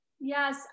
Yes